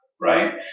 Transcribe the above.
right